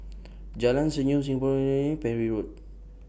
Jalan Senyum Singaporean Parry Road